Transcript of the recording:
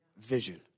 vision